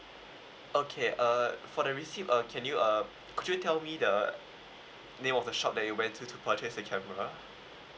okay uh for the receipt uh can you uh could you tell me the name of the shop that you went to to purchase the camera